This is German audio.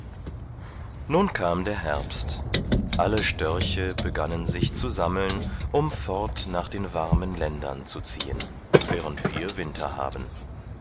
nun kam der herbst alle störche begannen sich zu sammeln um fort nach den warmen ländern zu ziehen während wir winter haben